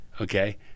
Okay